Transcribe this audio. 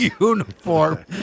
uniform